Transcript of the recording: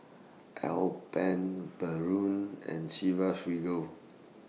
Alpen Braun and Chivas Regal